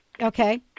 Okay